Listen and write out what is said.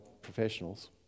professionals